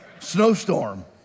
Snowstorm